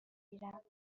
گیرم